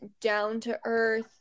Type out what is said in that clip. down-to-earth